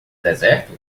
deserto